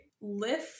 lift